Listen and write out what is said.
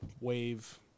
wave